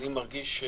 אני מרגיש,